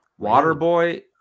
Waterboy